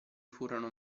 furono